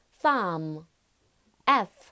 farm，f